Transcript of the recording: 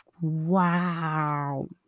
wow